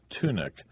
tunic